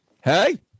hey